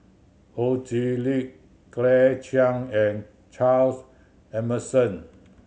Ho Chee Lick Claire Chiang and Charles Emmerson